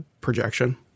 projection